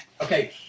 Okay